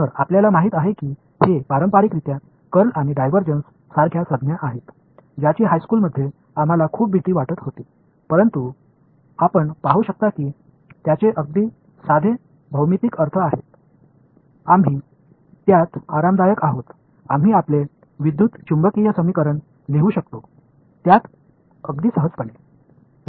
तर आपल्याला माहिती आहे की हे पारंपारिकरित्या कर्ल आणि डायव्हर्जन्स सारख्या संज्ञा आहेत ज्यांची हायस्कूलमध्ये आम्हाला खूप भीती वाटत होती परंतु आपण पाहू शकता की त्यांचे अगदी साधे भौमितिक अर्थ आहेत आम्ही त्यात आरामदायक आहोत आम्ही आपले विद्युत चुंबकीय समीकरण लिहू शकतो त्यात अगदी सहजतेने